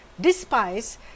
Despise